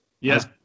Yes